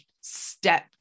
step